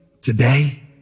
today